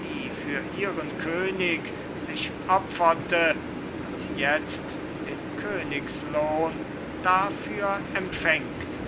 die für ihren könig sich opferte und jetzt den königslohn dafür empfängt